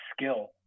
skill